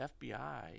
FBI